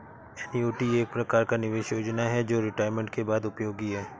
annuity एक प्रकार का निवेश योजना है जो रिटायरमेंट के बाद उपयोगी है